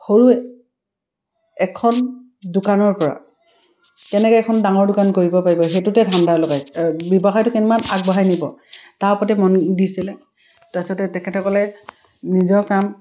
সৰু এখন দোকানৰপৰা কেনেকৈ এখন ডাঙৰ দোকান কৰিব পাৰিব সেইটোতে ধান্দা লগাইছে ব্যৱসায়টো কিমান আগবঢ়াই নিব তাৰ ওপৰতে মন দিছিলে তাৰপাছতে তেখেতসকলে নিজৰ কাম